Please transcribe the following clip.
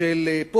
פה,